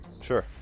Sure